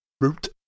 Root